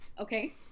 Okay